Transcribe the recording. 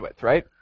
right